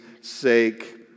sake